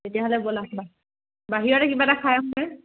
তেতিয়াহ'লে ব'লা বাহিৰতে কিবা এটা খাই আহোঁগৈ